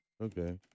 Okay